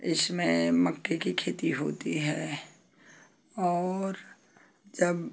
इसमें मक्के की खेती होती है और जब